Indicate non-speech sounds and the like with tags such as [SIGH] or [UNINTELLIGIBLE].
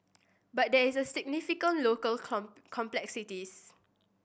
but there is significant local [UNINTELLIGIBLE] complexities